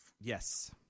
Yes